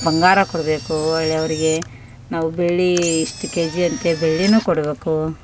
ಬಂಗಾರ ಕೊಡಬೇಕು ಹೊಳ್ಳೆ ಅವ್ರಿಗೆ ನಾವು ಬೆಳ್ಳಿ ಇಷ್ಟು ಕೆ ಜಿ ಅಂತ ಬೆಳ್ಳಿನು ಕೊಡ್ಬೇಕು